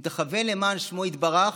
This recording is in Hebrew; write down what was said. אם תכוון למען שמו יתברך,